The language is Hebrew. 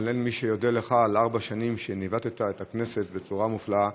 אבל אין מי שיודה לך על ארבע שנים שניווטת את הכנסת בצורה מופלאה.